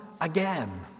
again